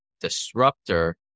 disruptor